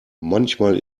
manchmal